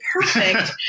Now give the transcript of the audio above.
perfect